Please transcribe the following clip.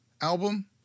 album